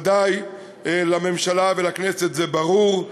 ודאי שלממשלה ולכנסת זה ברור,